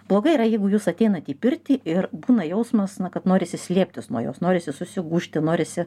blogai yra jeigu jūs ateinat į pirtį ir būna jausmas kad norisi slėptis nuo jos norisi susigūžti norisi